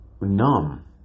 numb